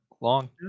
Long